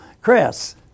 Chris